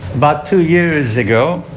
but two years ago